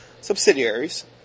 subsidiaries